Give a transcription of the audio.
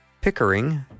Pickering